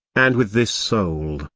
and with this soul,